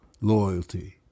loyalty